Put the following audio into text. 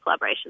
collaborations